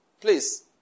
Please